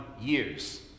years